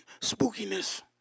spookiness